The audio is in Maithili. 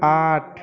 आठ